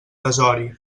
desori